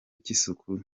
cy’isuku